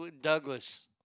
Douglas